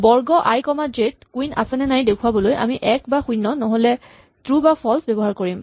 বৰ্গ আই কমা জে ত কুইন আছেনে নাই দেখুৱাবলৈ আমি ১ বা ০ নহ'লে ট্ৰো বা ফল্চ ব্যৱহাৰ কৰিম